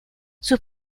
sus